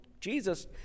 Jesus